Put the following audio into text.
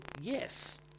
yes